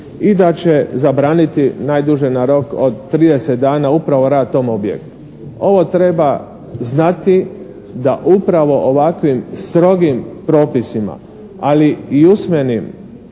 i da će zabraniti najduže na rok od 30 dana upravo rad tom objektu. Ovo treba znati da upravo ovakvim strogim propisima, ali i usmenim